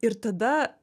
ir tada